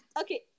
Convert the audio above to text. Okay